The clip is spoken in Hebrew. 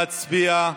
נא להצביע.